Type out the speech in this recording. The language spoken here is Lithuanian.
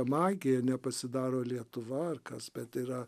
magija nepasidaro lietuva ar kas bet yra